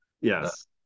yes